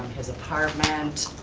his apartment,